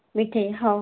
ମିଠେଇ ହଉ ହଉ